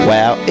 Wow